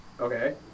Okay